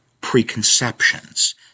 preconceptions